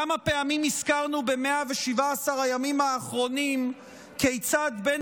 כמה פעמים הזכרנו ב-117 הימים האחרונים כיצד בין